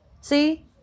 See